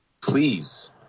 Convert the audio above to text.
Please